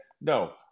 No